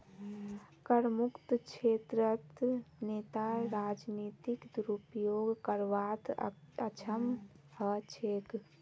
करमुक्त क्षेत्रत नेता राजनीतिक दुरुपयोग करवात अक्षम ह छेक